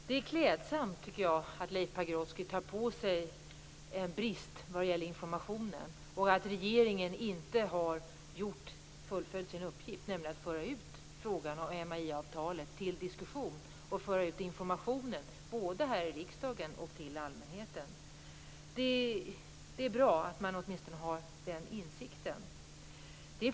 Herr talman! Jag tycker att det är klädsamt att Leif Pagrotsky tar på sig en brist vad gäller informationen, nämligen att regeringen inte har fullföljt sin uppgift att föra ut frågan om MAI-avtalet till diskussion och inte heller har fört ut informationen här i riksdagen och till allmänheten. Det är bra att man åtminstone har den insikten.